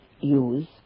use